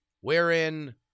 wherein